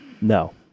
No